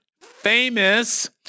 famous